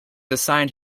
assigned